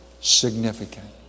significant